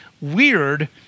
weird